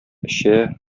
эчә